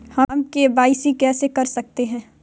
हम के.वाई.सी कैसे कर सकते हैं?